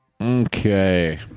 Okay